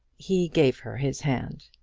he gave her his hand.